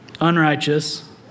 unrighteous